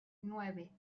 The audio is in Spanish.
nueve